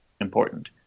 important